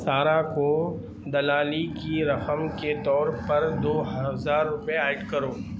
سارہ کو دلالی کی رقم کے طور پر دو ہزار روپے ایڈ کرو